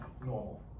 normal